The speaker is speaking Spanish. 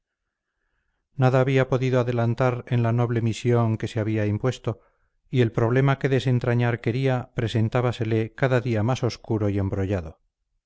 había podido adelantar en la noble misión que se había impuesto y el problema que desentrañar quería presentábasele cada día más obscuro y embrollado